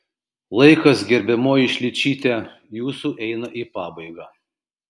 laikas gerbiamoji šličyte jūsų eina į pabaigą